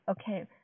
okay